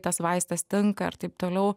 tas vaistas tinka ir taip toliau